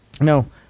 No